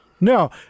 No